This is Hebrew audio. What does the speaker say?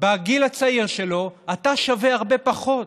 בגיל הצעיר שלו: אתה שווה הרבה פחות?